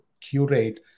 curate